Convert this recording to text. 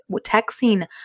texting